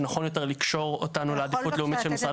שנכון יותר לקשור אותנו לעדיפות לאומית של משרד הבינוי.